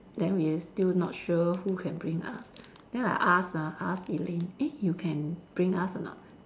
then we still not sure who can bring us then I ask ah I ask Elaine eh you can bring us or not